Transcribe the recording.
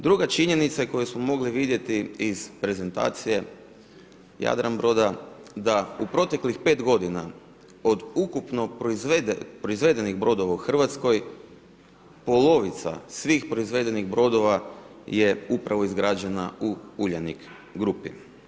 Druga činjnica koju smo mogli vidjeti iz prezentacija Jadran broda, da u proteklih 5 g. od ukupnog proizvedenih broda u Hrvatskoj, polovica svih proizvedenih brodova je upravo izgrađena u Uljanik Grupi.